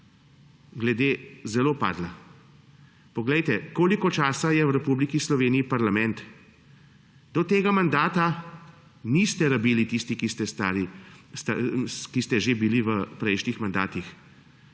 času zelo padla. Koliko časa je v Republiki Sloveniji parlament? Do tega mandata niste rabili tisti, ki ste že bili v prejšnjih mandatih,